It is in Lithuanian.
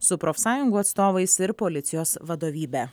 su profsąjungų atstovais ir policijos vadovybe